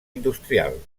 industrial